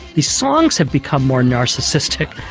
the songs have become more narcissistic,